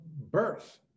birth